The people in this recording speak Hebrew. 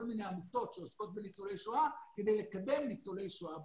מיני עמותות שעוסקות בניצולי שואה כדי לקדם ניצולי שואה בתור.